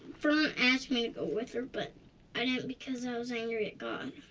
fern asked me to go with her but i didn't because i was angry at god.